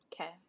Okay